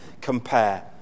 compare